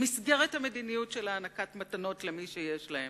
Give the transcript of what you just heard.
במסגרת המדיניות של הענקת מתנות למי שיש להם.